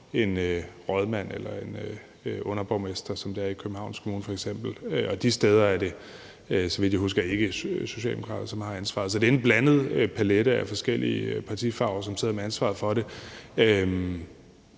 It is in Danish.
en rådmand eller en underborgmester, som det er i f.eks. Københavns Kommune. De steder er det, så vidt jeg husker, ikke Socialdemokrater, som har ansvaret. Så det er en blandet palet af forskellige partifarver, som sidder med ansvaret for det.